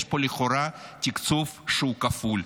יש פה לכאורה תקצוב שהוא כפול.